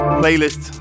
playlist